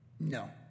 No